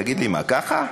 תגיד לי, מה, ככה?